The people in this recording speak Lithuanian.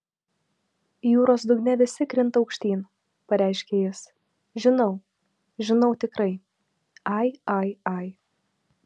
jūros dugne visi krinta aukštyn pareiškė jis žinau žinau tikrai ai ai ai